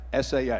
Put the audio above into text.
SAA